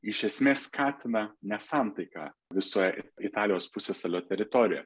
iš esmės skatina nesantaiką visoj italijos pusiasalio teritorijoje